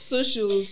Social